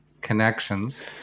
connections